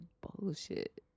bullshit